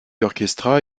orchestra